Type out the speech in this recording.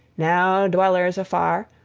now, dwellers afar,